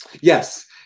yes